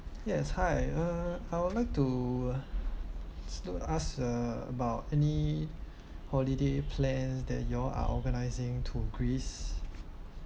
yes hi uh I would like to uh to ask uh about any holiday plans that you all are organizing to greece